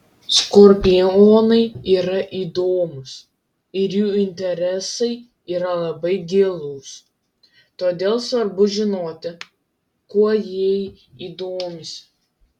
skorpionai yra įdomūs ir jų interesai yra labai gilūs todėl svarbu žinoti kuo jei domisi